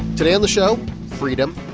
today on the show freedom.